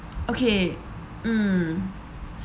okay mm